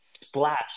splash